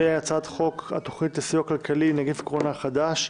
ובהצעת חוק התוכנית לסיוע כלכלי (נגיף הקורונה החדש),